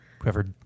whoever